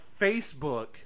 Facebook